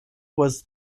was